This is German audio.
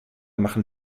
machen